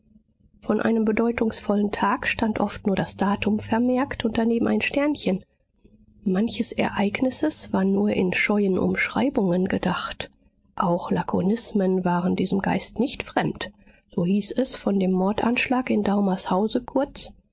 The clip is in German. von einem bedeutungsvollen tag stand oft nur das datum vermerkt und daneben ein sternchen manches ereignisses war nur in scheuen umschreibungen gedacht auch lakonismen waren diesem geist nicht fremd so hieß es von dem mordanfall in daumers hause kurz